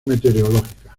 meteorológica